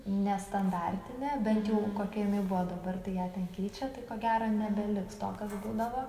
nestandartinė bent jau kokia jinai buvo dabar tai ją ten keičia tai ko gero nebeliks to kas būdavo